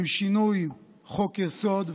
הן שינוי חוק-היסוד,